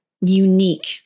unique